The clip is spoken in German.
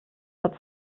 hat